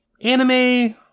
anime